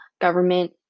government